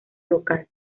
local